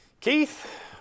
Keith